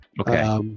Okay